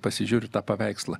pasižiūriu tą paveikslą